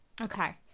okay